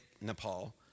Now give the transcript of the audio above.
Nepal